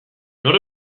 nor